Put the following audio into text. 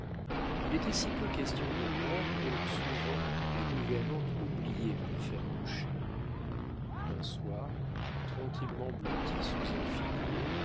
il était si peu question de moi que souvent la gouvernante oubliait de me faire coucher un soir tranquillement blotti sous un figuier